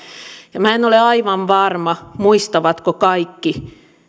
ja minä en ole aivan varma muistavatko kaikki